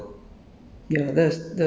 no it doesn't end there